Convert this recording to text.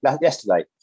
yesterday